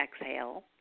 exhale